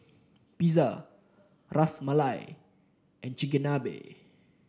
Pizza Ras Malai and Chigenabe